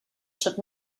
should